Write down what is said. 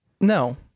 No